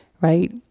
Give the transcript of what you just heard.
right